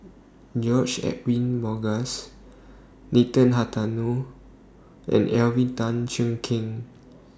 George Edwin Bogaars Nathan Hartono and Alvin Tan Cheong Kheng